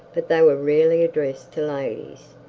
but they were rarely addressed to ladies.